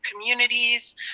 communities